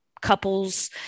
couples